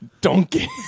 Donkey